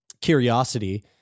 curiosity